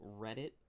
reddit